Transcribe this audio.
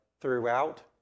throughout